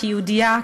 כיהודייה,